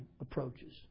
approaches